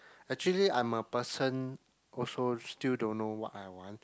actually I'm a person also still don't know what I want